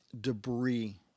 debris